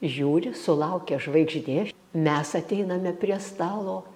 žiūri sulaukia žvaigždė mes ateiname prie stalo